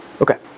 okay